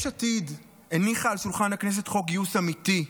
יש עתיד הניחה על שולחן הכנסת חוק גיוס אמיתי,